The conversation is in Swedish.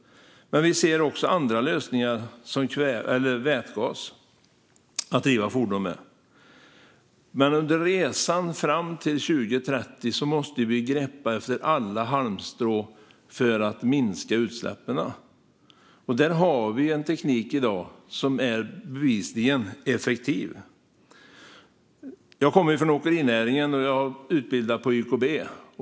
Men vi ser också andra lösningar för att driva fordon, såsom vätgas. Under resan fram till 2030 måste vi greppa efter alla halmstrån för att minska utsläppen. Där har vi en teknik i dag som bevisligen är effektiv. Jag kommer från åkerinäringen, och jag är utbildad på YKB.